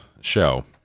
show